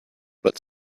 but